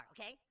okay